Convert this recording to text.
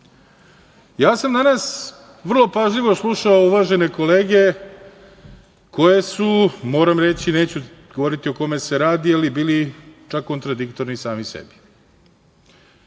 sam danas vrlo pažljivo slušao uvažene kolege koje su, moram reći, neću govoriti o kome se radi, ali bili čak kontradiktorni sami sebi.